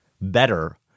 better